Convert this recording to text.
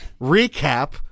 recap